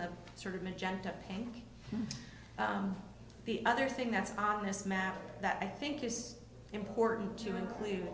that sort of magenta and the other thing that's on this map that i think is important to include